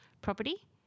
property